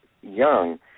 young